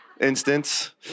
instance